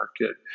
market